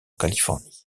californie